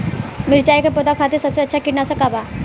मिरचाई के पौधा खातिर सबसे अच्छा कीटनाशक का बा?